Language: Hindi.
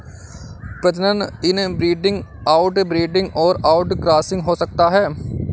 प्रजनन इनब्रीडिंग, आउटब्रीडिंग और आउटक्रॉसिंग हो सकता है